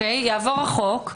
יעבור החוק,